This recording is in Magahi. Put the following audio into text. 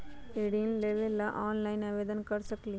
ऋण लेवे ला ऑनलाइन से आवेदन कर सकली?